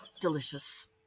delicious